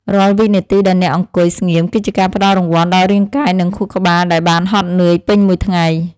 រាល់វិនាទីដែលអ្នកអង្គុយស្ងៀមគឺជាការផ្តល់រង្វាន់ដល់រាងកាយនិងខួរក្បាលដែលបានហត់នឿយពេញមួយថ្ងៃ។